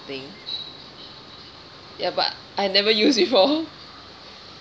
ya but I never use before